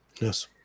Yes